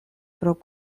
pro